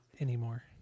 anymore